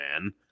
Man